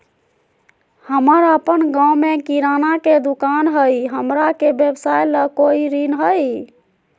हमर अपन गांव में किराना के दुकान हई, हमरा के व्यवसाय ला कोई ऋण हई?